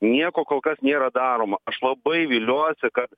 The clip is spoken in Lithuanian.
nieko kol kas nėra daroma aš labai viliuosi kad